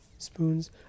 Spoons